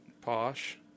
posh